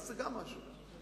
אז גם זה משהו.